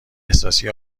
احساسی